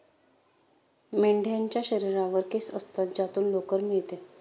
मेंढ्यांच्या शरीरावर केस असतात ज्यातून लोकर मिळते